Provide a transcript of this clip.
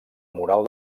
moral